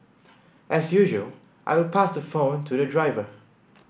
as usual I would pass the phone to the driver